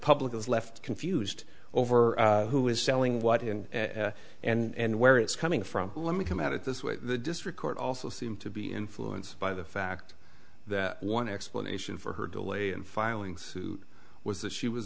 public is left confused over who is selling what in and where it's coming from let me come at it this way the district court also seem to be influenced by the fact that one explanation for her delay in filing suit was that she was